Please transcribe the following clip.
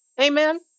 Amen